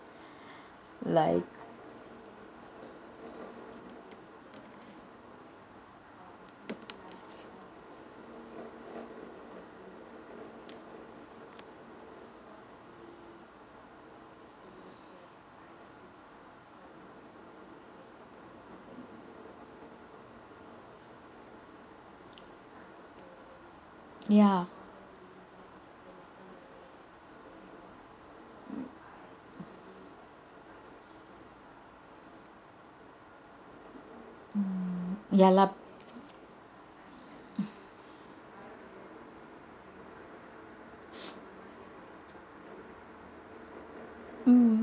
like ya mm mm ya lah mm